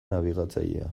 nabigatzailea